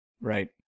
Right